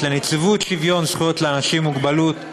לנציבות שוויון זכויות לאנשים עם מוגבלות,